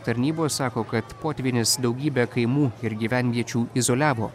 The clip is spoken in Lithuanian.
tarnybos sako kad potvynis daugybę kaimų ir gyvenviečių izoliavo